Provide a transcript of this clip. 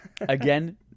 Again